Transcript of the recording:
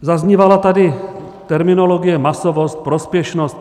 Zaznívala tady terminologie masovost, prospěšnost.